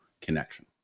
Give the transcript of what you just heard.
connection